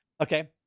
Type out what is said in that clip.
Okay